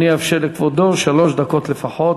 אני אאפשר לכבודו שלוש דקות לפחות.